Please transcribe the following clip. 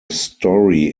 story